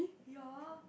ya